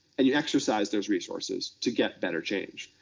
and you exercise those resources to get better change.